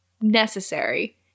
necessary